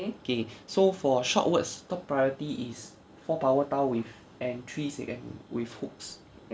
K so for a short words top priority is four power tiles with and threes and with hooks